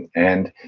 and,